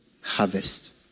harvest